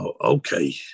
Okay